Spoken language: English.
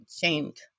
shamed